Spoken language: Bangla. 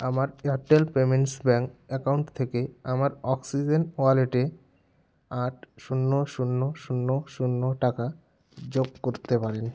আমার এয়ারটেল পেমেন্টস ব্যাঙ্ক অ্যাকাউন্ট থেকে আমার অক্সিজেন ওয়ালেটে আট শূন্য শূন্য শূন্য শূন্য টাকা যোগ করতে পারেন